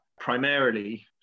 Primarily